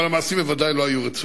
אבל המעשים בוודאי לא היו רצויים.